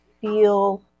feel